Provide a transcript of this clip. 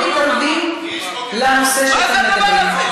לא מתערבים בנושא שאתם מדברים,